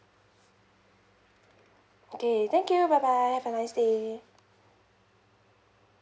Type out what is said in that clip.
okay thank you bye bye have a nice day